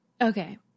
Okay